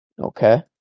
Okay